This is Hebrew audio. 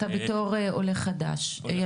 אתה בתור עולה חדש ישן.